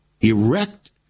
erect